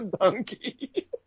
donkey